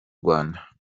rwanda